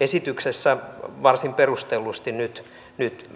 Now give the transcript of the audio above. esityksessä varsin perustellusti nyt nyt